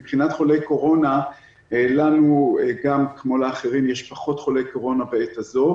מבחינת חולי קורונה לנו גם כמו לאחרים יש פחות חולי קורונה בעת הזו.